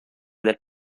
del